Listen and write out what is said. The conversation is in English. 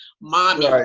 mommy